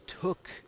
took